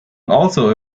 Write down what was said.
also